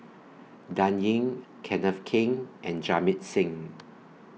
Dan Ying Kenneth Keng and Jamit Singh